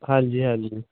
ਹਾਂਜੀ ਹਾਂਜੀ